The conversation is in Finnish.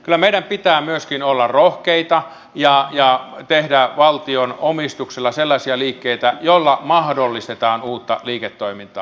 kyllä meidän pitää myöskin olla rohkeita ja tehdä valtion omistuksella sellaisia liikkeitä joilla mahdollistetaan uutta liiketoimintaa